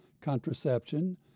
contraception